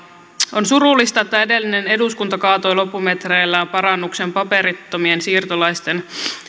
on surullista että edellinen eduskunta kaatoi loppumetreillä parannuksen paperittomien siirtolaisten